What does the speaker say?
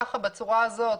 בצורה הזאת,